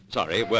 Sorry